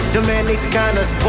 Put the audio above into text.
Dominicanas